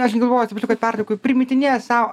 aš galvoju atsiprašau kad petraukiau primetinėjau sau